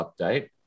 update